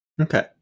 Okay